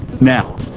Now